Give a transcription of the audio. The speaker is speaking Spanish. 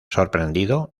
sorprendido